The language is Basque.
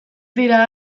dira